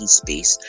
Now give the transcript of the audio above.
space